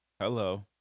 Hello